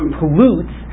pollutes